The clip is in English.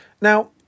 Now